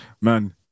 Man